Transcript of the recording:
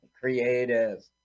creative